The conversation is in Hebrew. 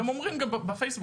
והם אומרים גם בפייסבוק.